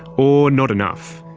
or not enough.